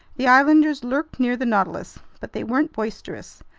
the islanders lurked near the nautilus, but they weren't boisterous.